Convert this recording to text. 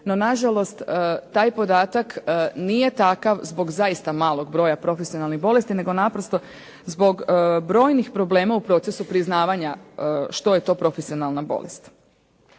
no nažalost taj podatak nije takav zbog zaista malog broja profesionalnih bolesti nego naprosto zbog brojnih problema u procesu priznavanja što je to profesionalna bolest.